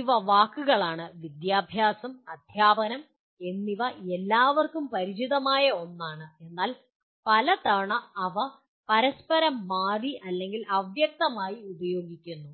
ഇവ വാക്കുകളാണ് വിദ്യാഭ്യാസം അദ്ധ്യാപനം എന്നിവ എല്ലാവർക്കും പരിചിതമായ ഒന്നാണ് എന്നാൽ പലതവണ അവ പരസ്പരം മാറിമാറി അല്ലെങ്കിൽ അവ്യക്തമായി ഉപയോഗിക്കുന്നു